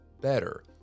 better